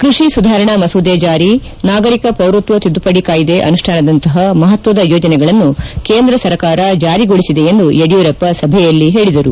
ಕೃಷಿ ಸುಧಾರಣಾ ಮಸೂದೆ ಜಾರಿ ನಾಗರಿಕ ಪೌರತ್ವ ತಿದ್ದುಪಡಿ ಕಾಯ್ದೆ ಅನುಷ್ಠಾನದಂಥ ಮಹತ್ವದ ಯೋಜನೆಗಳನ್ನು ಕೇಂದ್ರ ಸರಕಾರ ಜಾರಿಗೊಳಿಸಿದೆ ಎಂದು ಯಡಿಯೂರಪ್ಪ ಸಭೆಯಲ್ಲಿ ಹೇಳಿದರು